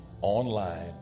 online